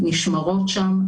נשמרות שם,